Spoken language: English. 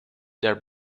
their